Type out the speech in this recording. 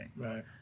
Right